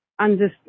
understand